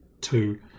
two